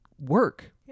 work